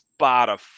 Spotify